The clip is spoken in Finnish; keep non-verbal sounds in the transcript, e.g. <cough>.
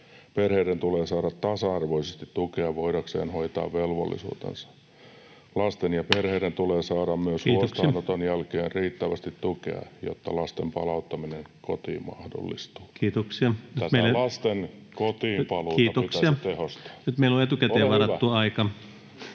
Perheiden tulee saada tasa-arvoisesti tukea voidakseen hoitaa velvollisuutensa. <noise> Lasten ja perheiden tulee saada [Puhemies: Kiitoksia!] myös huostaanoton jälkeen riittävästi tukea, jotta lasten palauttaminen kotiin mahdollistuu. [Puhemies: Kiitoksia!] Tätä lasten kotiinpaluuta pitäisi tehostaa. — Ole hyvä! Nyt meillä on etukäteen varattu aika